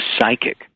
psychic